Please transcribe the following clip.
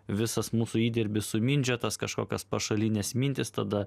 visas mūsų įdirbis sumindžiotas kažkokios pašalinės mintys tada